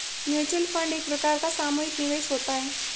mutual fund एक प्रकार का सामुहिक निवेश होता है